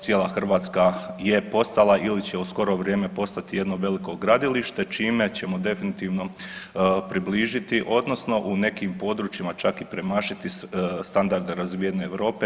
Cijela Hrvatska je postala ili će u skoro vrijeme postati jedno veliko gradilište čime ćemo definitivno približiti odnosno u nekim područjima čak i premašiti standarde razvijene Europe.